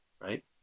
right